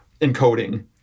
encoding